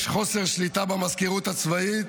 יש חוסר שליטה במזכירות הצבאית,